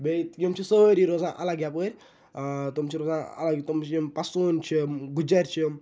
بیٚیہِ یِم چھِ سٲری روزان اَلَگ یَپٲرۍ تِم چھِ روزان تِم یِم پَستوٗن چھِ گُجَرۍ چھِ